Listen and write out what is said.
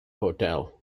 hotel